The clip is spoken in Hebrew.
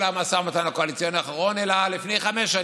לא של המשא-ומתן הקואליציוני האחרון אלא לפני חמש שנים: